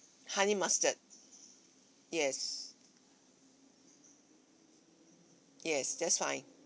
honey mustard yes yes that's fine